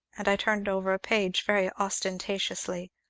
and i turned over a page very ostentatiously.